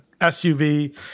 SUV